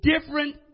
different